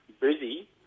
busy